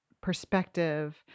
perspective